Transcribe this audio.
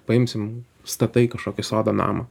paimsim statai kažkokį sodo namą